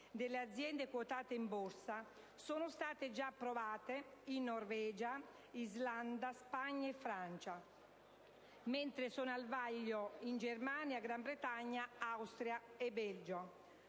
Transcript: delle aziende quotate in Borsa sono state già approvate in Norvegia, Islanda, Spagna e Francia, mentre sono al vaglio in Germania, Gran Bretagna, Austria e Belgio.